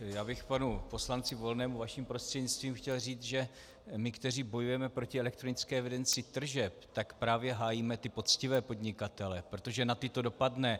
Já bych panu poslanci Volnému vaším prostřednictvím chtěl říct, že my, kteří bojujeme proti elektronické evidenci tržeb, tak právě hájíme ty poctivé podnikatele, protože na ty to dopadne.